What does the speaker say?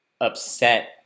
upset